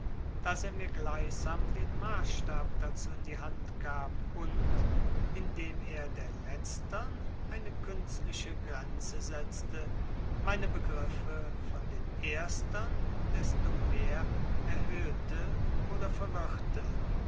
daß er mir gleichsam den maßstab dazu in die hand gab und indem er der letzern eine künstliche grenze setzte meine begriffe von den erstern desto mehr erhöhete oder verwirrte